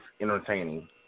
entertaining